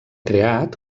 creat